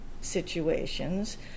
situations